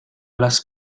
las